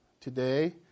today